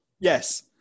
yes